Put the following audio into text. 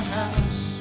house